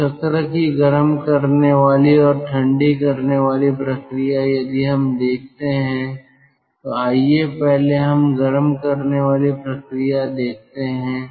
तो चक्र की गर्म करने वाली और ठंडी करने वाली प्रक्रिया यदि हम देखते हैं तो आइए पहले हम गर्म करने वाली प्रक्रिया देखते हैं